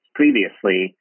previously